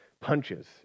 punches